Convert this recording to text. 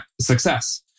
success